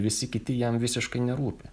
visi kiti jam visiškai nerūpi